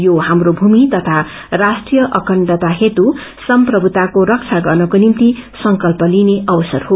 यो हाप्रा भूमि तथा राष्ट्रीय अखण्डता हेतु संप्रधुताको रक्षा गर्नको निभित संकल्प लिने अवसर हो